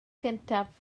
gyntaf